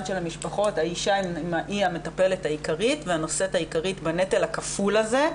של המשפחות האישה היא המטפלת העיקרית והנושאת העיקרית בנטל הכפול הזה,